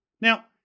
Now